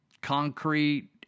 concrete